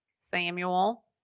Samuel